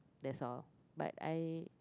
that's all but I